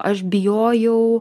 aš bijojau